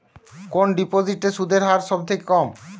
কোন ডিপোজিটে সুদের হার সবথেকে কম?